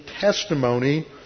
testimony